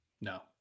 No